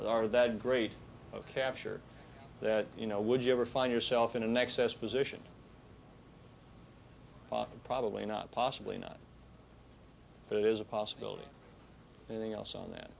are that great capture that you know would you ever find yourself in an excess position probably not possibly not but it is a possibility anything else on that